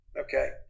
okay